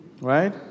right